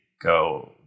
go